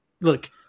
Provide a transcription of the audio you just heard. look